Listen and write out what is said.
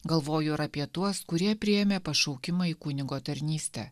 galvoju ir apie tuos kurie priėmė pašaukimą į kunigo tarnystę